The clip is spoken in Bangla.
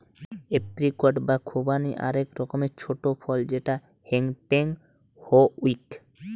এপ্রিকট বা খুবানি আক রকমের ছোট ফল যেটা হেংটেং হউক